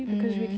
a cure